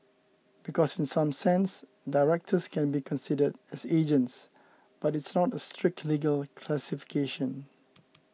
because in some sense directors can be considered as agents but it's not a strict legal classification